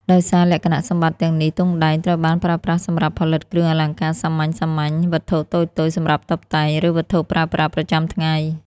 ដោយសារលក្ខណៈសម្បត្តិទាំងនេះ ទង់ដែងត្រូវបានប្រើប្រាស់សម្រាប់ផលិតគ្រឿងអលង្ការសាមញ្ញៗ វត្ថុតូចៗសម្រាប់តុបតែង ឬវត្ថុប្រើប្រាស់ប្រចាំថ្ងៃ។